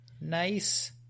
nice